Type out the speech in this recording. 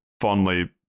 fondly-